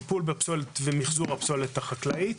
וטיפול בפסולת ומחזור הפסולת החקלאית.